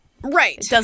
Right